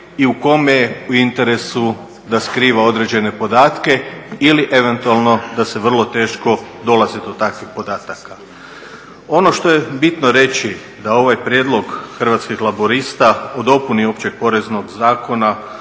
i kome je u interesu da skriva određene podatke ili eventualno da se vrlo teško dolazi do takvih podataka. Ono što je bitno reći da ovaj prijedlog Hrvatskih laburista o dopuni Opće poreznog zakona